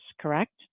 correct